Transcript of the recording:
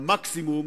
במקסימום,